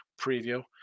preview